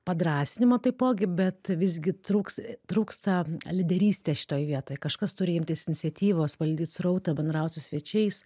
padrąsinimo taipogi bet visgi trūks trūksta lyderystės šitoj vietoj kažkas turi imtis iniciatyvos valdyt srautą bendraut su svečiais